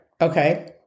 Okay